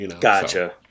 Gotcha